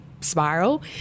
spiral